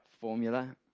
formula